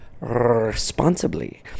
responsibly